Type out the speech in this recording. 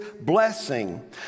blessing